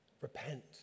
Repent